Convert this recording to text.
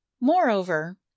moreover